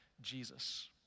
Jesus